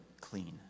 clean